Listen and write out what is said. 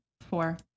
four